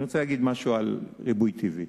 אני רוצה להגיד משהו על ריבוי טבעי.